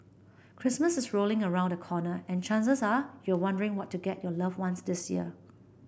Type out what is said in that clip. Christmas is rolling around the corner and chances are you're wondering what to get your loved ones this year